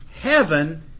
heaven